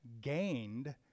gained